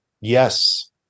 Yes